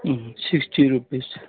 sixty rupees